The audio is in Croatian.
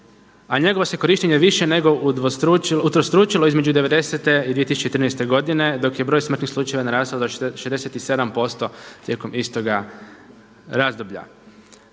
a njegovo se korištenje više nego utrostručilo između '90.-te i 2013. godine dok je broj smrtnih slučajeva narastao do 67% tijekom istoga razdoblja.